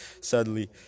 sadly